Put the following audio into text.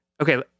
okay